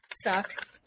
suck